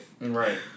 Right